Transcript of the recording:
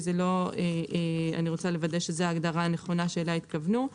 אני רוצה לוודא שזאת ההגדרה הנכונה שאליה התכוונו.